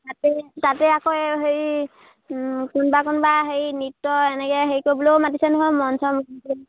তাতে তাতে আকৌ এই হেৰি কোনোবা কোনোবা হেৰি নৃত্য এনেকৈ হেৰি কৰিবলৈয়ো মাতিছে নহয় মঞ্চ মুকলি